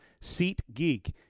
SeatGeek